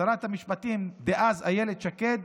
שרת המשפטים דאז אילת שקד,